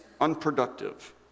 unproductive